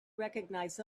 recognize